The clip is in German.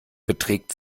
beträgt